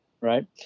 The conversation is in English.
Right